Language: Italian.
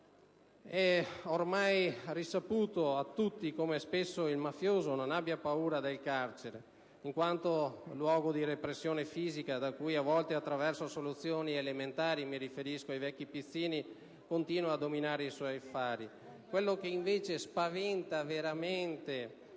Ormai è risaputo da tutti come spesso il mafioso non abbia paura del carcere in quanto luogo di repressione fisica, dal quale, attraverso soluzioni elementari (mi riferisco ai vecchi pizzini), continua a dominare i suoi affari. Ciò che, invece, spaventa veramente